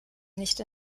nicht